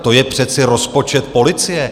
To je přece rozpočet policie.